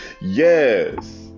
Yes